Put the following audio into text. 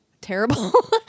terrible